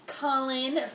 Colin